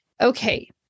okay